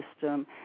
system